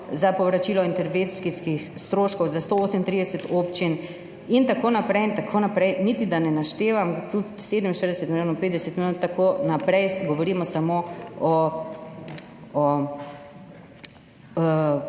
za povračilo intervencijskih stroškov za 138 občin in tako naprej in tako naprej. Da niti ne naštevam tudi 47 milijonov, 50 milijonov, tako naprej, govorimo samo o